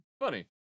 Funny